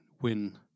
win